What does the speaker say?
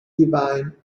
devine